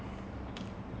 eh like